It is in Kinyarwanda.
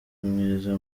mwiza